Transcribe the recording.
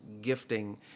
gifting